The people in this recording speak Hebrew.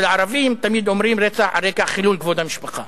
אצל הערבים תמיד אומרים "רצח על חילול כבוד המשפחה".